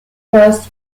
first